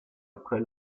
après